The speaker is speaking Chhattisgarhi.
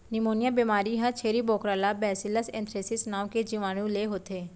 निमोनिया बेमारी ह छेरी बोकरा ला बैसिलस एंथ्रेसिस नांव के जीवानु ले होथे